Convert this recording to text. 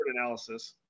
analysis